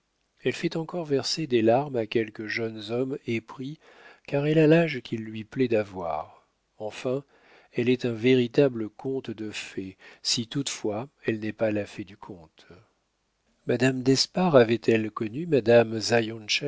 elle fait encore verser des larmes à quelque jeune homme épris car elle a l'âge qu'il lui plaît d'avoir enfin elle est un véritable conte de fée si toutefois elle n'est pas la fée du conte madame d'espard avait-elle connu madame